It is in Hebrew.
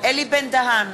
אלי בן-דהן,